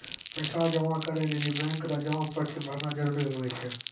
पैसा जमा करै लेली बैंक रो जमा पर्ची भरना जरूरी हुवै छै